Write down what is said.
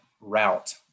route